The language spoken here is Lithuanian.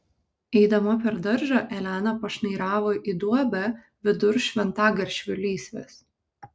eidama per daržą elena pašnairavo į duobę vidur šventagaršvių lysvės